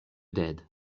d’aide